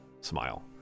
Smile